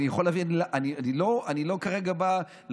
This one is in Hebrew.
אני כרגע לא בא לומר,